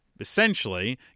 essentially